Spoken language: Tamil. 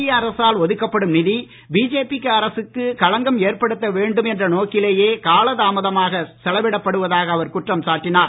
மத்திய அரசால் ஒதுக்கப்படும் நிதி பிஜேபி அரசுக்கு களங்கம் ஏற்படுத்த வேண்டும் என்ற நோக்கிலேயே காலத் தாமதமாக செலவிடப்படுவதாக அவர் குற்றம் சாட்டினார்